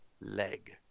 leg